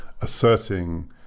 asserting